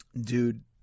dude